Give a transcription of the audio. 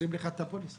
מוציאים לך את הפוליסה.